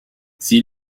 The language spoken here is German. sie